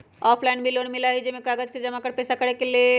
Offline भी loan मिलहई bank में कागज जमाकर पेशा करेके लेल?